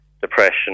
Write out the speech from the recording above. depression